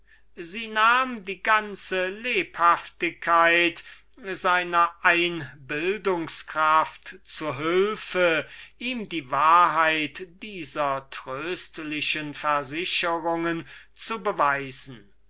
sie nahm die ganze lebhaftigkeit seiner einbildungs-kraft zu hülfe ihm die wahrheit dieser tröstlichen versicherungen zu beweisen